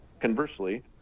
conversely